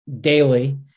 daily